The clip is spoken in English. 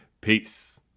Peace